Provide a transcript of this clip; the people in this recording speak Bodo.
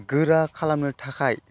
गोरा खालामनो थाखाय